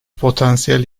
potansiyel